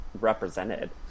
represented